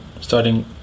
starting